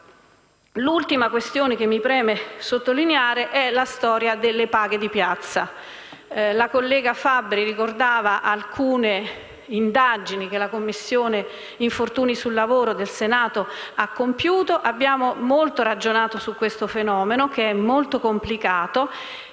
L'ultima questione che mi preme sottolineare riguarda la storia delle paghe di piazza. La collega Fabbri ricordava alcune indagini che la Commissione sugli infortuni sul lavoro del Senato ha condotto; abbiamo molto ragionato su questo fenomeno, che è molto complicato.